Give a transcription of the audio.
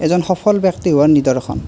এজন সফল ব্যক্তি হোৱাৰ নিদৰ্শন